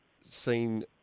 seen